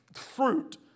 fruit